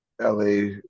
LA